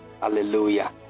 hallelujah